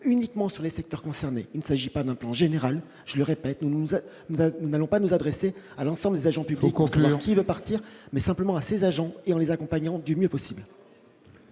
uniquement sur les secteurs concernés, ça j'ai pas d'un plan général, je le répète, nous nous à nous à nous n'allons pas nous adresser à l'ensemble des agents publics conclave qui va partir mais simplement à ses agents et en les accompagnant du mieux possible.